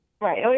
Right